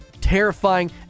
Terrifying